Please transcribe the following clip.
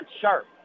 sharp